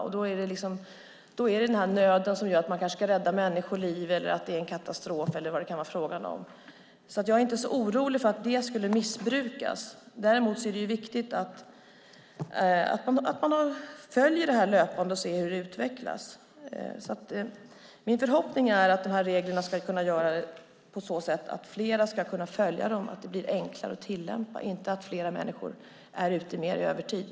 Då finns det nöd som innebär att man kanske ska rädda människoliv, att det är en katastrof eller något annat. Jag är inte så orolig för att det ska missbrukas. Däremot är det viktigt att man följer detta löpande och ser hur det utvecklas. Min förhoppning är att reglerna ska innebära att fler kan följa dem. Det ska bli enklare att tillämpa dem. Det ska inte bli så att fler människor är ute mer i övertid.